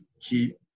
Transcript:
keep